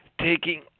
taking